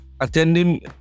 attending